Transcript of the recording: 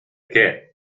qué